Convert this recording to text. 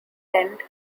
end